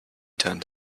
turned